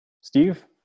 Steve